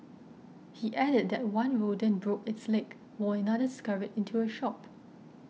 he added that one rodent broke its leg while another scurried into a shop